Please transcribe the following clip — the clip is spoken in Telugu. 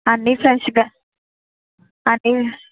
అన్ని సంచులా అన్ని